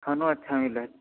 खनो अच्छा मिलत